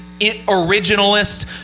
originalist